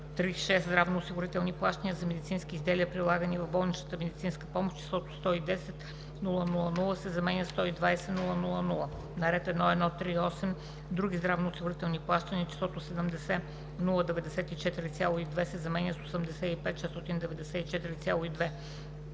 „здравноосигурителни плащания за медицински изделия, прилагани в болничната медицинска помощ“ числото „110 000,0“ се заменя със „120 000,0“; - на ред 1.1.3.8 „други здравноосигурителни плащания“ числото „70 094,2“ се заменя с „85 694,2“;